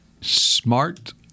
Smart